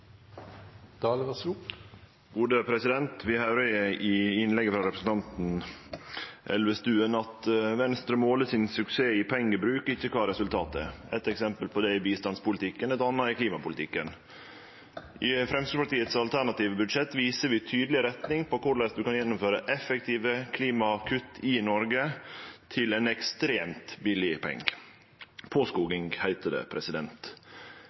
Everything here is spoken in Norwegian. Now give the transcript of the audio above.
Vi høyrer i innlegget frå representanten Elvestuen at Venstre måler sin suksess i pengebruk, ikkje i kva resultatet er. Eitt eksempel på det er bistandspolitikken, eit anna er klimapolitikken. I Framstegpartiet sitt alternative budsjett viser vi ei tydeleg retning for korleis vi kan gjennomføre effektive klimakutt i Noreg til ein ekstremt billig penge. Påskoging, heiter det.